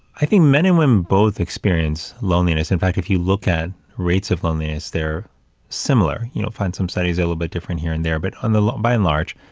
i think men and women both experience loneliness. in fact, if you look at rates of loneliness, they're similar, you know, find some studies a little bit different here and there. but and by and large,